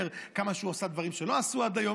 כמה הוא עשה דברים שלא עשו עד היום,